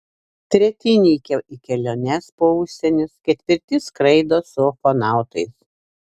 treti įnikę į keliones po užsienius ketvirti skraido su ufonautais